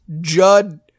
Judd